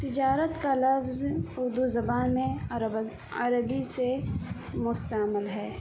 تجارت کا لفظ اردو زبان میں عربی سے مشتعمل ہے